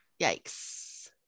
yikes